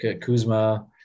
Kuzma